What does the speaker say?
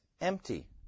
empty